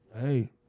hey